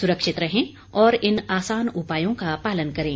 सुरक्षित रहें और इन आसान उपायों का पालन करें